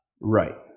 Right